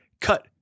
cut